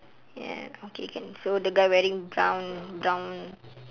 ya okay can so the guy wearing brown brown